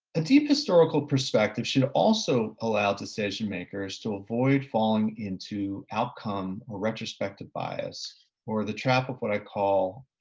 the deep historical perspective should also allow decision makers to avoid falling into outcome or retrospective bias or the trap of what i call,